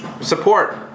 support